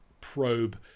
probe